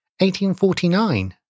1849